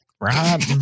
Right